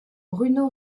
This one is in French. bruno